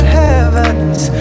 heavens